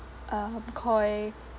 um KOI